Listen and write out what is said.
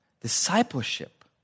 Discipleship